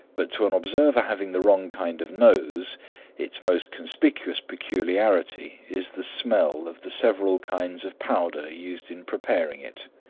but to an observer having the wrong kind of nose its most conspicuous peculiarity is the smell of the several kinds of powder used in preparing it.